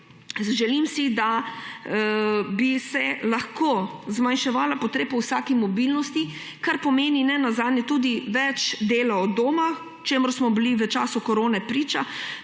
Želim si, da bi se lahko zmanjševalo potrebe po vsaki mobilnosti, kar pomeni nenazadnje tudi več dela od doma, čemur smo bili v času korone priča,